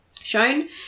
shown